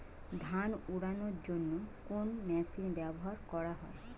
ধান উড়ানোর জন্য কোন মেশিন ব্যবহার করা হয়?